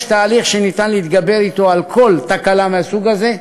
יש תהליך שניתן להתגבר אתו על כל תקלה מהסוג הזה,